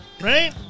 Right